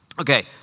Okay